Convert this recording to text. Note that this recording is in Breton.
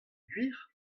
gwir